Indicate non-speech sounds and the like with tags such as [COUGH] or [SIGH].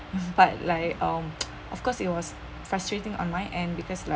but like um [NOISE] of course it was frustrating online and because like